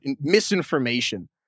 misinformation